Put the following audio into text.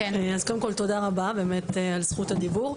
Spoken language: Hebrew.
אז קודם כל תודה רבה באמת על זכות הדיבור,